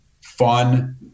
fun